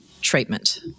treatment